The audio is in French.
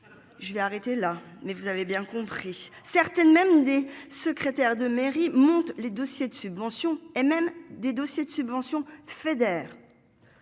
Je vais arrêter là, mais vous avez bien compris certaines même des secrétaires de mairie montent les dossiers de subvention et même des dossiers de subvention fédère.